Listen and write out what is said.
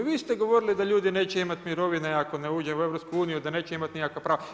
Vi ste govorili da ljudi neće imat mirovine ako ne uđemo u EU, da neće imati nikakva prava.